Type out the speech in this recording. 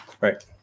right